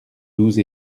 douze